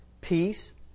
peace